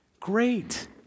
Great